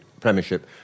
premiership